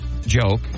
joke